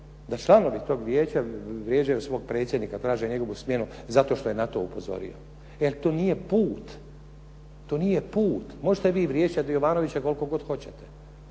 Da članovi toga vijeća vrijeđaju svog predsjednika, traže njegovu smjenu zato što je na to upozorio. Jel to nije put. Možete vi vrijeđati Jovanovića koliko god hoćete,